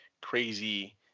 crazy